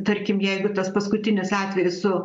tarkim jeigu tas paskutinis atvejis su